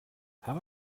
have